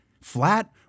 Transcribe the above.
flat